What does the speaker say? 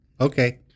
Okay